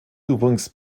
übrigens